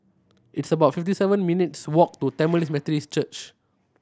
it's about fifty seven minutes' walk to Tamil Methodist Church